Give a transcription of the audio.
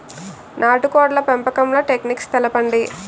నాటుకోడ్ల పెంపకంలో టెక్నిక్స్ తెలుపండి?